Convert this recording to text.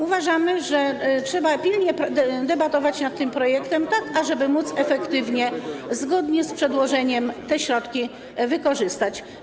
Uważamy, że trzeba pilnie debatować nad tym projektem, tak żeby móc efektywnie, zgodnie z przedłożeniem, te środki wykorzystać.